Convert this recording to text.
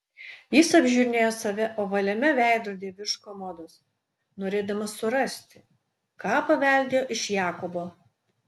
jis apžiūrinėjo save ovaliame veidrodyje virš komodos norėdamas surasti ką paveldėjo iš jakobo